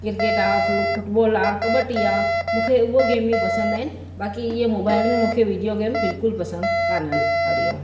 cricket आहे फ्रू football आहे कबडी आहे मूंखे उहा गेमियूं पसंदि आहिनि बाक़ी इहे मोबाइल में मूंखे विडियो गेम बिल्कुलु पसंदि कोन आहिनि हरिओम